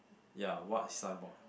ya what sign board